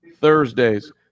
Thursdays